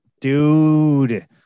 dude